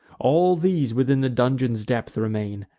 all these within the dungeon's depth remain,